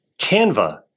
Canva